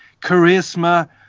charisma